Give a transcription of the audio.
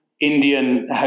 indian